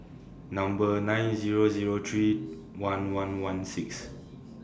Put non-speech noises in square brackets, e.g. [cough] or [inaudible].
Number nine Zero Zero three [noise] one one one six [noise]